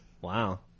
Wow